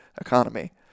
economy